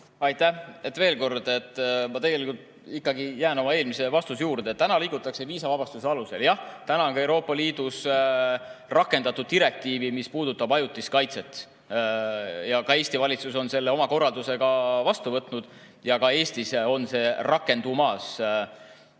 Aitäh! Veel kord: ma tegelikult ikkagi jään oma eelmise vastuse juurde, et praegu liigutakse viisavabastuse alusel. Jah, Euroopa Liidus on ka rakendatud direktiivi, mis puudutab ajutist kaitset. Ka Eesti valitsus on selle oma korraldusega vastu võtnud ja Eestis on see rakendumas.